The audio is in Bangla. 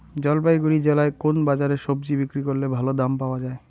জলপাইগুড়ি জেলায় কোন বাজারে সবজি বিক্রি করলে ভালো দাম পাওয়া যায়?